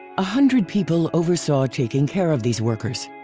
a hundred people oversaw taking care of these workers.